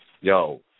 yo